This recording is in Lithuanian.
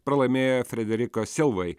pralaimėjo frederiko silvai